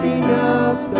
enough